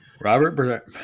Robert